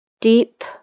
deep